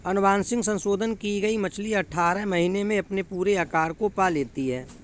अनुवांशिक संशोधन की गई मछली अठारह महीने में अपने पूरे आकार को पा लेती है